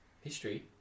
History